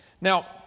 Now